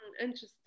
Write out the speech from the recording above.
interesting